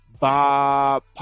Bob